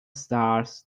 stars